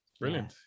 brilliant